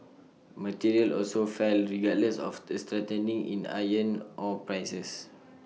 materials also fell regardless of A strengthening in iron ore prices